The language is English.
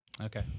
Okay